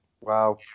Wow